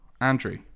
Andrew